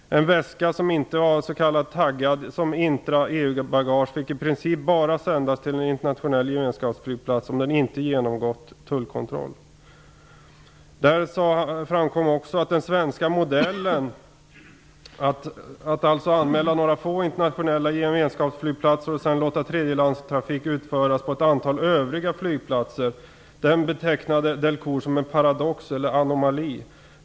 En väska som inte var s.k. taggad som intra-EU-bagage fick i princip bara sändas till en internationell gemenskapsflygplats om den inte genomgått tullkontroll. Där framkom också att Delcourt betecknade den svenska modellen att anmäla några få internationella gemenskapsflygplatser och sedan låta tredjelandstrafik utföras på ett antal övriga flygplatser som en paradox eller anomali.